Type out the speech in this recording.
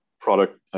product